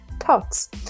thoughts